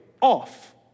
off